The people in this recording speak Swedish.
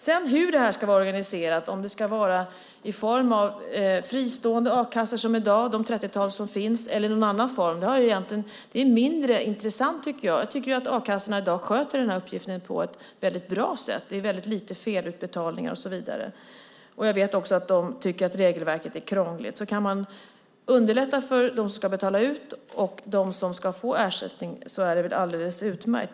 Hur detta sedan ska vara organiserat - om det ska vara i form av fristående a-kassor som det i dag finns ett trettiotal av eller i någon annan form - är egentligen mindre intressant, tycker jag. Jag tycker att a-kassorna i dag sköter uppgiften på ett bra sätt. Det är väldigt lite felutbetalningar och så vidare. Jag vet att de också tycker att regelverket är krångligt. Om man kan underlätta för dem som ska betala ut och dem som ska få ersättning är det väl alldeles utmärkt.